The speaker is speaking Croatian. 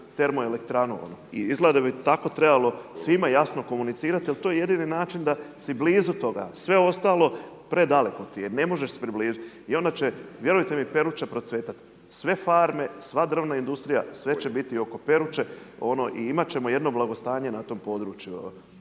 termoelektranu, izgleda bi tako trebalo svime jasno komunicirati jer to je jedini način da su blizu toga. Sve ostalo predaleko ti je, ne možeš se približiti. I onda će vjerujte mi, Peruča procvjetati. Sve farme, sva drvna industrija, sve će biti oko Peruče i imat ćemo jedno blagostanje na tom području.